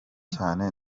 cyane